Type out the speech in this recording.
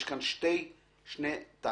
הוא נותן לו את הפסילה מיד.